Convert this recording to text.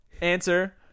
Answer